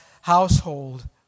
household